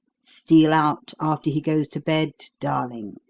steal out after he goes to bed, darling.